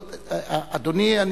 אדוני,